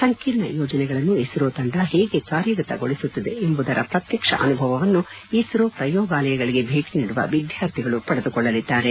ಸಂಕೀರ್ಣ ಯೋಜನೆಗಳನ್ನು ಇಸ್ತೋ ತಂಡ ಹೇಗೆ ಕಾರ್ಯಗತಗೊಳಿಸುತ್ತಿದೆ ಎಂಬುದರ ಪ್ರತ್ಯಕ್ಷ ಅನುಭವವನ್ನು ಇಸ್ತೋ ಪ್ರಯೋಗಾಲಯಗಳಿಗೆ ಭೇಟಿ ನೀಡುವ ವಿದ್ವಾರ್ಥಿಗಳು ಪಡೆದುಕೊಳ್ಳಲಿದ್ದಾರೆ